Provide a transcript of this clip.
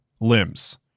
Limbs